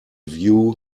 view